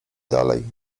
dalej